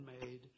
made